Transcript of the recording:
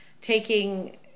taking